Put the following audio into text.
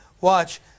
Watch